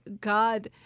God—